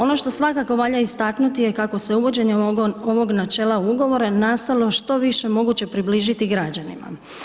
Ono što svakako valja istaknuti je kako se uvođenjem ovog načela ugovora nastojalo što više moguće približiti građanima.